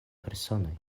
personoj